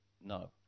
No